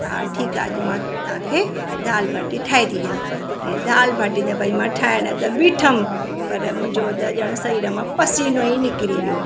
हा ठीकु आहे अॼु मां तव्हांखे दाल बाटी ठाहे थी ॾियां ऐं दाल बाटी त भाई मां ठाहिणु त बिठमि पर मुंहिंजो त ॼण शरीर मां पसीनो ई निकिरी वियो